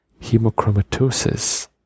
Hemochromatosis